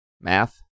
Math